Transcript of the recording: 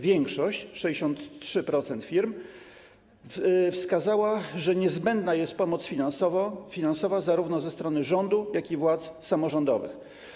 Większość, 63% firm, wskazała, że niezbędna jest pomoc finansowa zarówno ze strony rządu, jak i władz samorządowych.